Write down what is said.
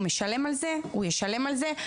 הוא משלם על זה, הוא ישלם על זה.